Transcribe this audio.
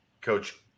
Coach